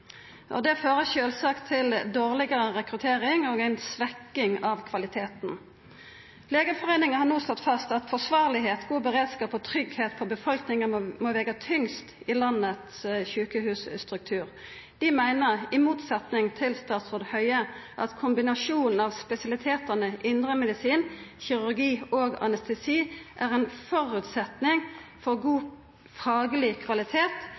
Det fører sjølvsagt til dårlegare rekruttering og ei svekking av kvaliteten. Legeforeningen har no slått fast at forsvarleg og god beredskap og tryggleik for befolkninga må vega tyngst i landets sjukehusstruktur. Foreininga meiner − i motsetning til statsråd Høie − at kombinasjonen av spesialitetane indremedisin, kirurgi og anestesi er ein føresetnad for god fagleg kvalitet